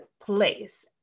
place